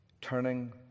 turning